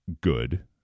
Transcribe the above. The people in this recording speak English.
good